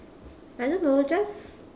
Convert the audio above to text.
I don't know just